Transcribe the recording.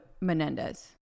Menendez